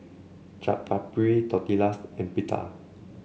Chaat Papri Tortillas and Pita